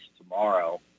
tomorrow